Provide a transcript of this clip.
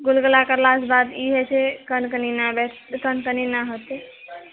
गुलगुला करला कऽ बाद ई होइ छै कनकनि नऽ बेस कनकनि नऽ होतै